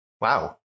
Wow